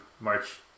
March